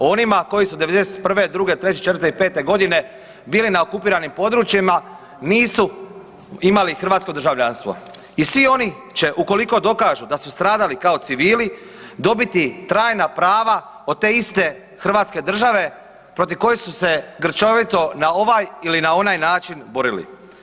O onima koji su 91., 2., 3., 4. i 5. godine bili na okupiranim područjima nisu imali hrvatsko državljanstvo i svi oni će ukoliko dokažu da su stradali kao civili dobiti trajna prava od te iste Hrvatske države protiv koje su se grčevito na ovaj ili na onaj način borili.